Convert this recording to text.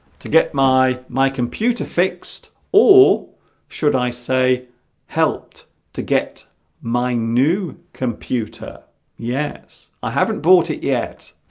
to get my my computer fixed or should i say helped to get my new computer yes i haven't bought it yet